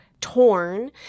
torn